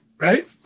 right